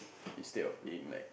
instead of paying like